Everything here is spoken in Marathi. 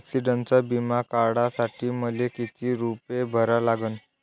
ॲक्सिडंटचा बिमा काढा साठी मले किती रूपे भरा लागन?